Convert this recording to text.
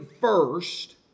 first